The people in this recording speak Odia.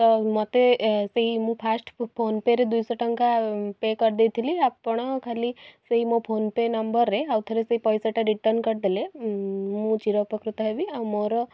ତ ମୋତେ ଏ ସେଇ ମୁଁ ଫାଷ୍ଟ ଫୋନପେରେ ଦୁଇଶହଟଙ୍କା ପେ କରିଦେଇଥିଲି ଆପଣ ଖାଲି ସେଇ ମୋ ଫୋନପେ ନମ୍ବରରେ ଆଉଥରେ ସେ ପଇସାଟା ରିଟର୍ଣ୍ଣ କରିଦେଲେ ମୁଁ ଚିରଉପକୃତ ହେବି ଆଉ ମୋର